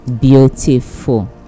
beautiful